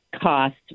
cost